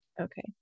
okay